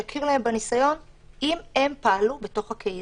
שיכיר להם בניסיון אם הם פעלו בתוך הקהילה.